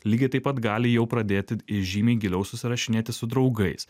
lygiai taip pat gali jau pradėti į žymiai giliau susirašinėti su draugais